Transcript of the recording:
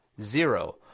Zero